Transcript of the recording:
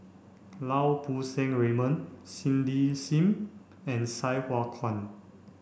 Lau Poo Seng Raymond Cindy Sim and Sai Hua Kuan